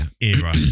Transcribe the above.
era